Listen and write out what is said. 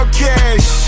cash